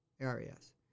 areas